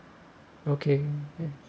okay